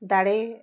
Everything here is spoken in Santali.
ᱫᱟᱲᱮ